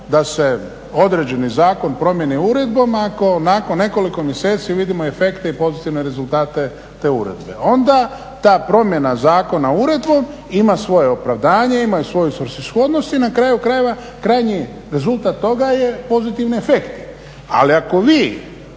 da se određeni zakon promijeni uredbama ako nakon nekoliko mjeseci vidimo efekte i pozitivne rezultate te uredbe. Onda ta promjena zakona uredbom ima svoje opravdanje, ima svoju svrsishodnost i na kraju krajeva krajnji rezultat toga je pozitivni efekti ali ako vi